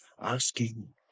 asking